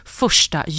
första